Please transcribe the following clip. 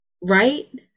right